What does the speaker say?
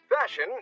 fashion